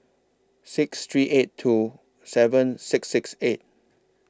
six three eight two seven six six eight